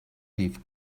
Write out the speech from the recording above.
leave